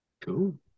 Cool